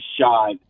shot